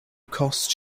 cost